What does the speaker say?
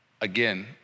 again